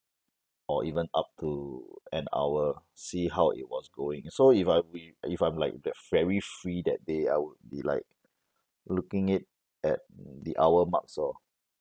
or even up to an hour see how it was going so if I if I'm like that very free that day I would be like looking it at the hour marks or